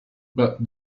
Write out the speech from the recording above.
but